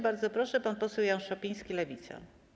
Bardzo proszę, pan poseł Jan Szopiński, Lewica.